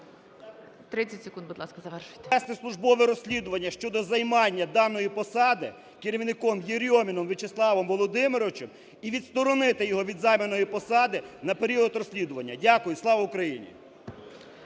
30 секунд, будь ласка, завершуйте.